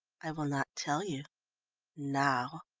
i will not tell you now,